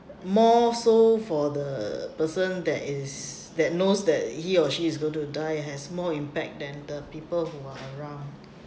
more so for the person that is that knows that he or she is going to die has more impact than the people who are